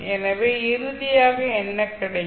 எனவே இறுதியாக என்ன கிடைக்கும்